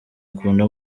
akunda